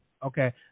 Okay